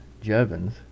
Jevons